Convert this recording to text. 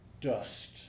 dust